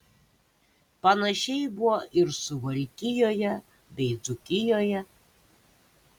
panašiai buvo ir suvalkijoje bei dzūkijoje